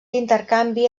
intercanvi